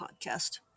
podcast